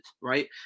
right